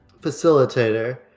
facilitator